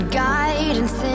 guidance